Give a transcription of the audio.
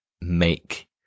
make